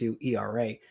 ERA